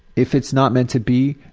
if it's not meant to be,